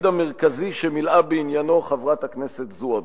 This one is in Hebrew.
המרכזי שמילאה בעניינו חברת הכנסת זועבי.